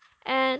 and